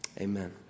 Amen